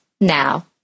now